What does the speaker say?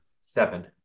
seven